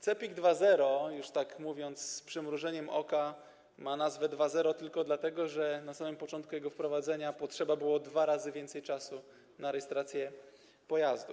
CEPiK 2.0 - mówiąc już z przymrużeniem oka - ma nazwę 2.0 tylko dlatego, że na samym początku jego wprowadzenia potrzeba było 2 razy więcej czasu na rejestrację pojazdu.